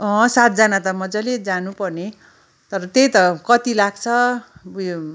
सातजना त मजाले जानुपर्ने तर त्यही त कति लाग्छ उयो